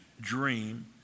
dream